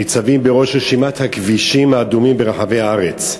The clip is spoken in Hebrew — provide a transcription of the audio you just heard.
ניצבים בראש רשימת הכבישים האדומים ברחבי הארץ,